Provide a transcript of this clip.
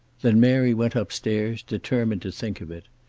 then mary went up-stairs, determined to think of it.